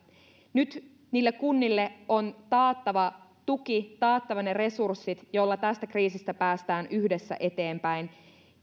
nyt niille kunnille on taattava tuki taattava ne resurssit joilla tästä kriisistä päästään yhdessä eteenpäin